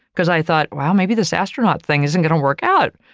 because i thought, wow, maybe this astronaut thing isn't gonna work out,